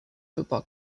football